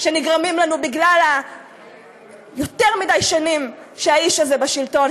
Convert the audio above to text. שנגרמים לנו בגלל היותר-מדי-שנים שהאיש הזה בשלטון,